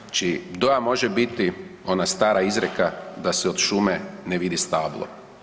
Znači, dojam može biti ona stara izreka da se od šume ne vidi stablo.